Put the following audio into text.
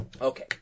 Okay